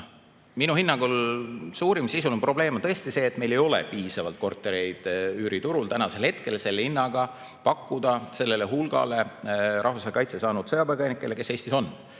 minu hinnangul suurim sisuline probleem on tõesti see, et meil ei ole piisavalt kortereid üüriturul selle hinnaga pakkuda sellele hulgale rahvusvahelise kaitse saanud sõjapõgenikele, kes Eestis on.